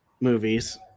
movies